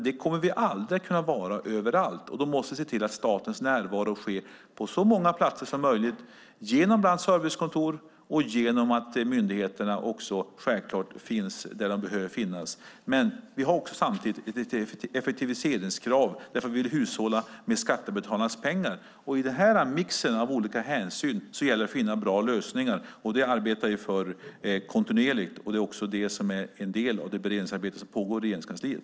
Det kommer vi aldrig att kunna vara överallt. Därför måste vi se till att staten finns närvarande på så många platser som möjligt genom servicekontor och genom att myndigheterna finns där de behöver finnas. Samtidigt har vi ett effektiviseringskrav eftersom vi vill hushålla med skattebetalarnas pengar. I mixen av olika hänsyn gäller det att finna bra lösningar. Det arbetar vi med kontinuerligt. Det är också en del av det beredningsarbete som pågår i Regeringskansliet.